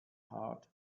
heart